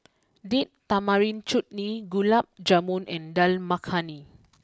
date Tamarind Chutney Gulab Jamun and Dal Makhani